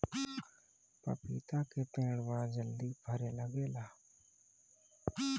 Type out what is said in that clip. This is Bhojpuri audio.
पपीता के पेड़ बड़ा जल्दी फरे लागेला